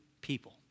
people